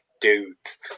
dudes